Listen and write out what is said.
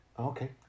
Okay